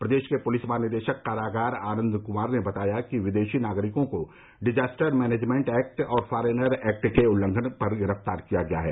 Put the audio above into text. प्रदेश के पुलिस महानिदेशक कारागार आनंद कुमार ने बताया कि विदेशी नागरिको को डिजास्टर मैनेजमेन्ट एक्ट और फॉरेनर एक्ट के उल्लंघन पर गिरफ्तार किया गया है